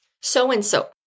so-and-so